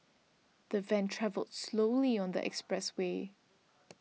the van travelled slowly on the expressway